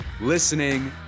listening